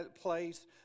place